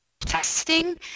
testing